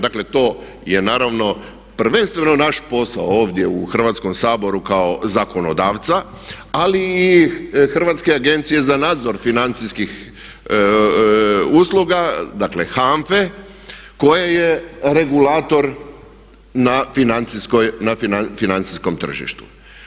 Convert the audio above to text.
Dakle to je naravno prvenstveno naš posao ovdje u Hrvatskom saboru kao zakonodavca ali i Hrvatske agencije za nadzor financijskih usluga, dakle HANFA-e koja je regulator na financijskom tržištu.